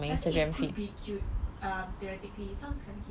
I think it could be cute technically